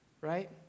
right